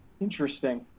Interesting